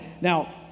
Now